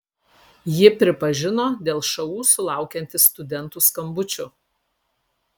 ji pripažino dėl šu sulaukianti studentų skambučių